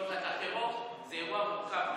הטרור הוא אירוע מורכב מאוד.